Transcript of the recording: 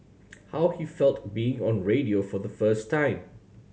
how he felt being on radio for the first time